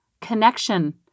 connection